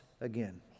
again